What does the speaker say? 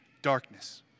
darkness